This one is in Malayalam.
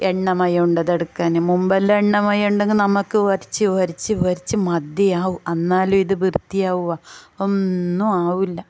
എണ്ണമയം ഉണ്ട് അതെടുക്കാൻ മുൻപെല്ലാം എണ്ണമയം ഉണ്ടെങ്കിൽ നമ്മക്ക് ഉരച്ച് ഉരച്ച് ഉരച്ച് മതിയാവും അന്നാലും ഇത് വൃത്തിയാവുവോ ഒന്നും ആവില്ല